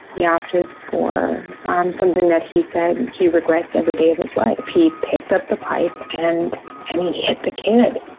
he opted for um something that he said he regrets every day of his life, he picked up the pipe and he hit the kid.